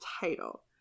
title